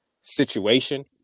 situation